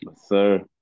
sir